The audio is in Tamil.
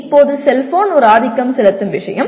இப்போது செல்போன் ஒரு ஆதிக்கம் செலுத்தும் விஷயம்